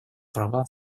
права